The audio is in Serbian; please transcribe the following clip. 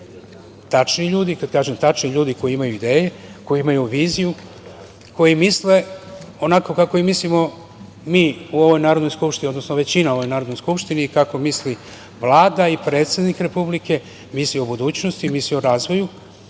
tačni ljudi koji imaju ideje, koji imaju viziju, koji misle onako kako i mislimo mi u ovoj Narodnoj skupštini, odnosno većina u ovoj Narodnoj skupštini, kako misli Vlada i predsednik Republike misli o budućnosti, misli o razvoju